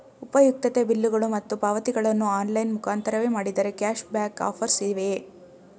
ಉಪಯುಕ್ತತೆ ಬಿಲ್ಲುಗಳು ಮತ್ತು ಪಾವತಿಗಳನ್ನು ಆನ್ಲೈನ್ ಮುಖಾಂತರವೇ ಮಾಡಿದರೆ ಕ್ಯಾಶ್ ಬ್ಯಾಕ್ ಆಫರ್ಸ್ ಇವೆಯೇ?